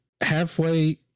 halfway